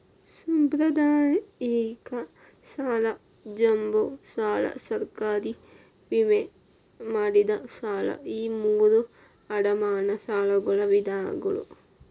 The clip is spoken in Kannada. ಸಾಂಪ್ರದಾಯಿಕ ಸಾಲ ಜಂಬೋ ಸಾಲ ಸರ್ಕಾರಿ ವಿಮೆ ಮಾಡಿದ ಸಾಲ ಈ ಮೂರೂ ಅಡಮಾನ ಸಾಲಗಳ ವಿಧಗಳ